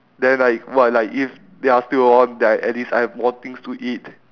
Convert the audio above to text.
then like what like if they're still all there at least I have more things to eat